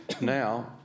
Now